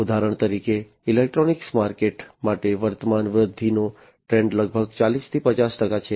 ઉદાહરણ તરીકે electronics market માટે વર્તમાન વૃદ્ધિનો ટ્રેન્ડ લગભગ 40 થી 50 ટકા છે